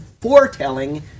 foretelling